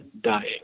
dying